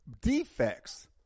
defects